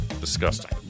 Disgusting